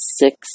six